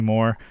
More